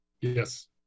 Yes